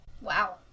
Wow